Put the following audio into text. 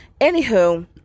Anywho